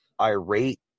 irate